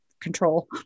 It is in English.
control